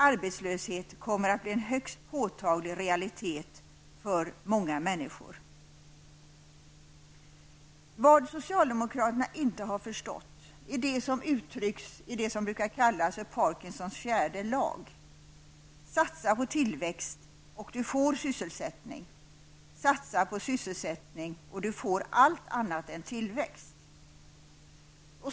Arbetslöshet kommer att bli en högst påtaglig realitet för många människor. Vad socialdemokraterna inte har förstått är det som uttrycks i Parkinsons fjärde lag: Satsa på tillväxt och du får sysselsättning; satsa på sysselsättning och du får allt annat än tillväxt.